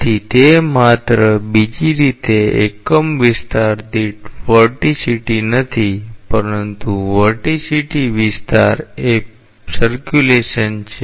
તેથી તે માત્ર બીજી રીતે એકમ વિસ્તાર દીઠ વર્ટિસિટી નથી પરંતુ વર્ટિસિટી વિસ્તાર એ પરિભ્રમણ છે